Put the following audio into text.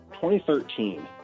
2013